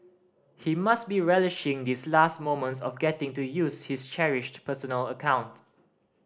he must be relishing these last moments of getting to use his cherished personal account